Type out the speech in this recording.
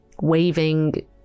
waving